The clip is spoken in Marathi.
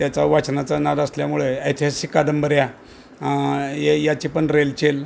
त्याचा वाचनाचा नाद असल्यामुळे ऐतिहासिक कादंबऱ्या ये याची पण रेलचेल